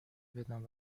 بدن